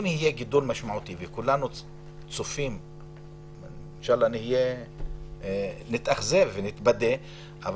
אם יהיה גידול משמעותי אינשאללה שנתבדה אבל